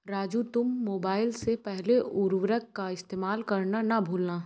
राजू तुम मोबाइल से पहले उर्वरक का इस्तेमाल करना ना भूलना